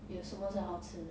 有什么是好吃的